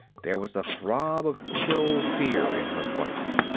there was a throb of chill fear in her voice.